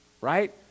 right